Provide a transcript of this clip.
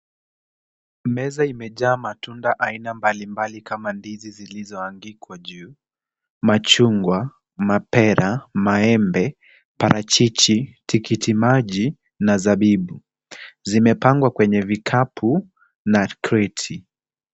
Meza imejaa matunda aina mbalimbali kama ndizi zilizoangikwa juu, machungwa, mapera, maembe, parachichi, tikitimaji na zabibu zimepangwa kwenye vikapu na kreti.